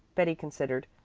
betty considered.